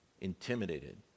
intimidated